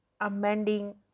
amending